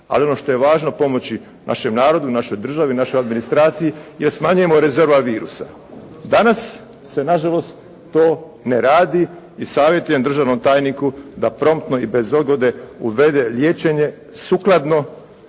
ali ono što je važno pomoći našem narodu, našoj državi, našoj admnistraciji jer smanjujemo ... /Govornik se ne razumije./ … virusa. Danas se nažalost to ne radi i savjetujem državnom tajniku da promptno i bez odgode uvede liječenje sukladno